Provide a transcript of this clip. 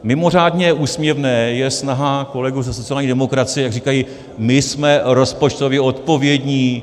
Mimořádně úsměvná je snaha kolegů ze sociální demokracie, jak říkají: my jsme rozpočtově odpovědní.